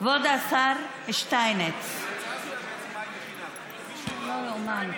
כבוד השר שטייניץ לא יאומן.